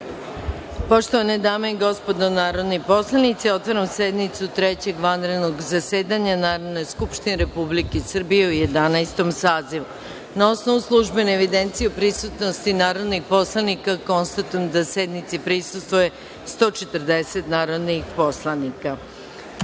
Poštovane dame i gospodo narodni poslanici, otvaram sednicu Trećeg vanrednog zasedanja Narodne skupštine Republike Srbije u Jedanaestom sazivu. Na osnovu službene evidencije o prisutnosti narodnih poslanika konstatujem da sednici prisustvuje 140 narodnih poslanika. Radi